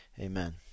Amen